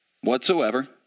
whatsoever